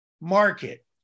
market